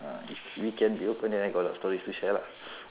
we can be open then I got a lot of stories to share lah